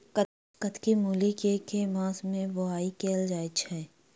कत्की मूली केँ के मास मे बोवाई कैल जाएँ छैय?